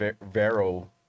Vero